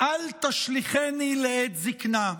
"אל תשליכני לעת זקנה",